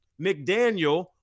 McDaniel